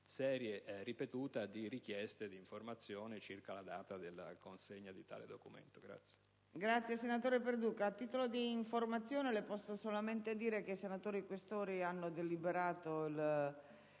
serie ripetuta di richieste di informazione circa la data della consegna di tale documento.